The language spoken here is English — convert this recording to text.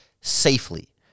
safely